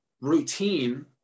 routine